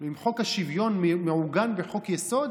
אם חוק השוויון מעוגן בחוק-יסוד,